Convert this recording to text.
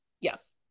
yes